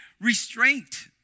restraint